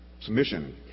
Submission